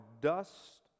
dust